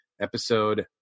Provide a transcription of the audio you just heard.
episode